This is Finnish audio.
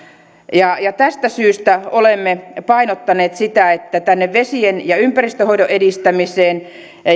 tästä syystä olemme painottaneet sitä että tänne vesien ja ympäristönhoidon edistämiseen